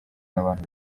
n’abantu